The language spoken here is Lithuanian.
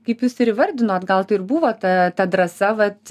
kaip jūs ir įvardinot gal tai ir buvo ta ta drąsa vat